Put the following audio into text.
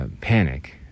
Panic